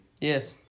Yes